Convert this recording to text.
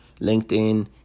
linkedin